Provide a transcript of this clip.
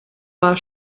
war